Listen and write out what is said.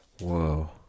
Whoa